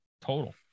Total